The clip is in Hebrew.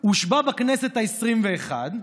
הושבע בכנסת העשרים-ואחת,